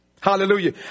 Hallelujah